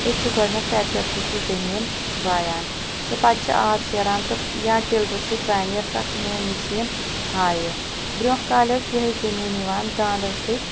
أسۍ چھِ گۄڈٕنٮ۪تھ ٹٮ۪کٹَر سۭتۍ سُہ زمیٖن وایان تہٕ پَتہٕ چھِ آب شیران تہٕ یا ٹِلرٕ سۭتۍ وۄنۍ یۄس اَکھ نٔو مِشیٖن آیہِ برٛونٛہہ کالہِ ٲسۍ یِہوٚے زمیٖن یِوان داندو سۭتۍ